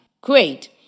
Great